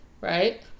Right